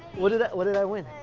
what did i, what did i win?